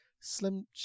Slim